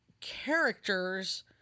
characters